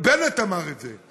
בנט אמר את זה.